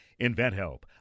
InventHelp